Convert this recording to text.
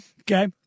Okay